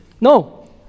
no